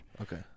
Okay